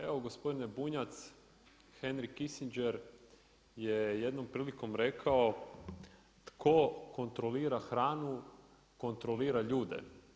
Evo gospodine Bunjac, Henry Kissinger je jednom prilikom rekao „Tko kontrolira hranu, kontrolira ljude“